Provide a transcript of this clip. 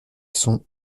son